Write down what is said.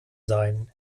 sein